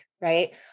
right